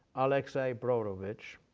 alexey brodovitch,